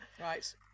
Right